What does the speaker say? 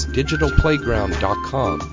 digitalplayground.com